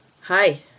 Hi